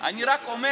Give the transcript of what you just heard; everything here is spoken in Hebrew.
אני רק אומר